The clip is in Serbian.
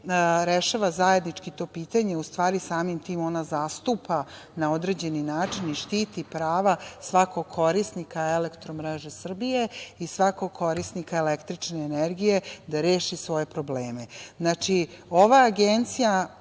rešava zajednički to pitanje. U stvari samim tim, ona zastupa na određeni način i štiti prava svakog korisnika EMS i svakog korisnika električne energije da reši svoje probleme. Znači, ova agencija